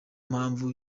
mpamvu